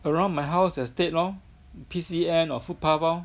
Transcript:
around my house estate lor P_C_N or foot path lor